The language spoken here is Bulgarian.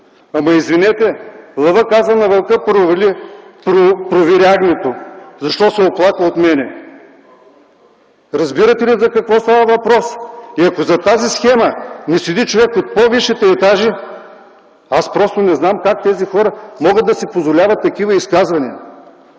Извинете, лъвът казва на вълка: „Провери агнето защо се оплаква от мен”. Разбирате ли за какво става въпрос? Ако зад тази схема не седи човек от по-висшите етажи, аз просто не знам как тези хора могат да си позволяват такива изказвания.